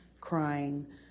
crying